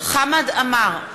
חמד עמאר,